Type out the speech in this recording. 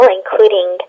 including